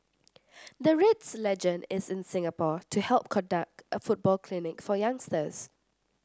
the Reds legend is in Singapore to help conduct a football clinic for youngsters